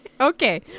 Okay